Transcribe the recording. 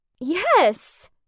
Yes